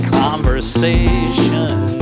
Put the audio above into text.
conversation